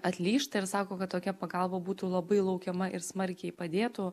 atlyžta ir sako kad tokia pagalba būtų labai laukiama ir smarkiai padėtų